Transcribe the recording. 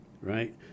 right